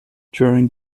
during